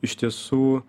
iš tiesų